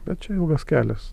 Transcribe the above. bet čia ilgas kelias